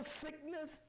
sickness